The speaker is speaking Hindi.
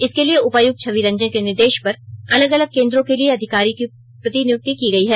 इसके लिए उपायुक्त छवि रंजन के निर्देश पर अलग अलग केंद्रो के लिए अधिकारियों की प्रतिनियुक्ति की गई है